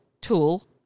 tool